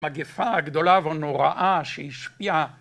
מגפה גדולה ונוראה שהשפיעה